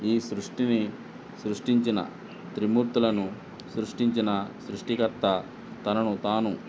ఈ సృష్టిని సృష్టించిన త్రిమూర్తులను సృష్టించిన సృష్టికర్త తనను తాను